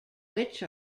which